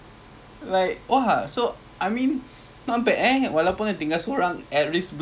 may~ maybe dia punya anak needs treatment lah like like do you think so